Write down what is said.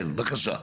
כן, בבקשה.